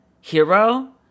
hero